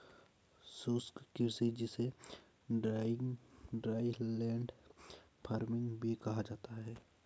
शुष्क कृषि जिसे ड्राईलैंड फार्मिंग भी कहा जाता है